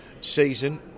season